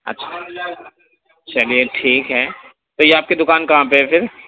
اچھا چلیے ٹھیک ہے تو یہ آپ کی دوکان کہاں پہ ہے پھر